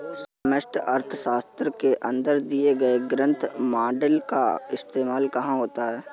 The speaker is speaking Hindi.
समष्टि अर्थशास्त्र के अंदर दिए गए ग्रोथ मॉडेल का इस्तेमाल कहाँ होता है?